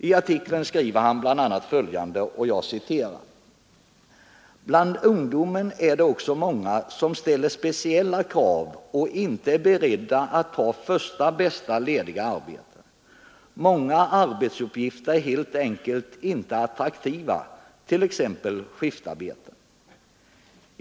I artikeln skriver han bl.a. följande: ”Bland ungdomarna är det också många som ställer speciella krav och inte är beredda att ta första bästa lediga arbete. Många arbetsuppgifter är helt enkelt inte attraktiva, t.ex. skiftarbete.